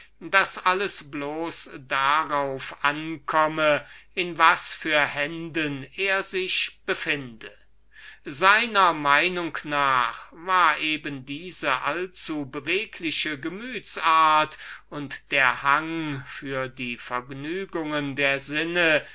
daß alles bloß darauf ankomme in was für händen er sich befinde seiner meinung nach war eben diese allzubewegliche gemütsart und der hang für die vergnügungen der sinnen